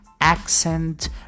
accent